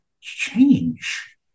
change